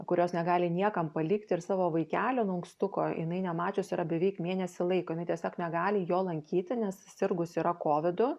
kurios negali niekam palikti ir savo vaikelio nu ankstuko jinai nemačius yra beveik mėnesį laiko jinai tiesiog negali jo lankyti nes sirgus yra kovidu